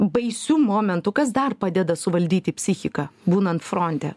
baisiu momentu kas dar padeda suvaldyti psichiką būnant fronte